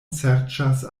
serĉas